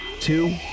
two